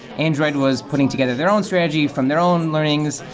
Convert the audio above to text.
android was putting together their own strategy from their own learnings,